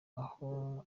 aho